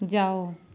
जाओ